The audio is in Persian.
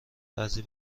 بعضی